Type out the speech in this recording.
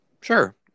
Sure